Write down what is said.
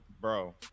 bro